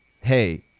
hey